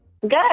Good